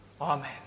Amen